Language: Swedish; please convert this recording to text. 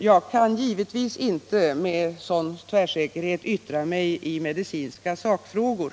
Jag kan givetvis inte med någon tvärsäkerhet yttra mig i medicinska sakfrågor.